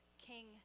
King